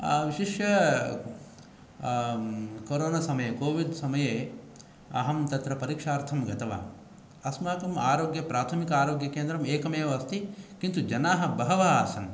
विशिष्य कोरोनो समये कोविड् समये अहं तत्र परीक्षार्थं गतवान् अस्माकम् आरोग्य प्राथमिक आरोग्यकेन्द्रम् एकमेव अस्ति किन्तु जना बहव आसन्